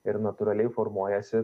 ir natūraliai formuojasi